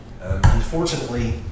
Unfortunately